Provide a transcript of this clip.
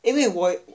因为我